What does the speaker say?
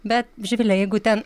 bet živile jeigu ten